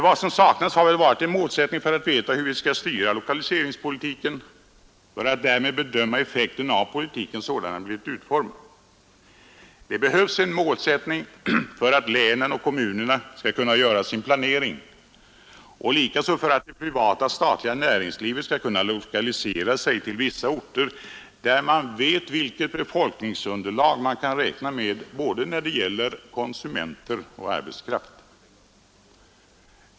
Vad som saknats har varit en målsättning för hur vi skall styra lokaliseringspolitiken och kunna bedöma effekten av politiken sådan den blivit utformad, Det behövs en målsättning för att länen och kommunerna skall kunna göra sin planering och likaså för att det privata och det statliga näringslivet skall kunna lokalisera sig till vissa orter, där man vet vilket befolkningsunderlag man kan räkna med när det gäller både konsumenter och arbetskraft.